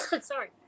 Sorry